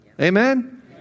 Amen